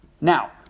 Now